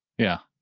yeah.